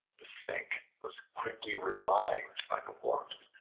the snake was quickly revived by the warmth,